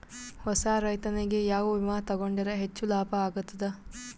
ಹೊಸಾ ರೈತನಿಗೆ ಯಾವ ವಿಮಾ ತೊಗೊಂಡರ ಹೆಚ್ಚು ಲಾಭ ಆಗತದ?